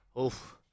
Oof